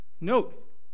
note